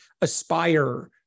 aspire